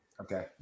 Okay